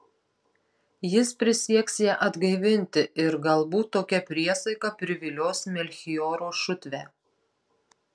jis prisieks ją atgaivinti ir galbūt tokia priesaika privilios melchioro šutvę